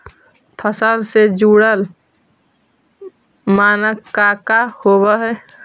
फसल से जुड़ल मानक का का होव हइ?